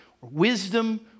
wisdom